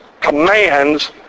commands